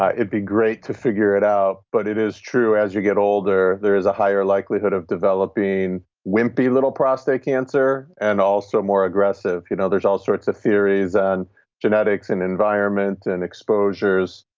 ah be great to figure it out, but it is true as you get older, there is a higher likelihood of developing wimpy little prostate cancer and also more aggressive. you know there's all sorts of theories and genetics and environment and exposures,